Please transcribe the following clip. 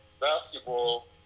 basketball